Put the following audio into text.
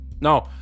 No